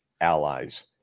allies